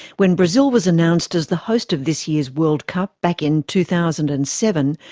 when brazil was announced as the host of this year's world cup back in two thousand and seven,